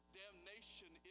damnation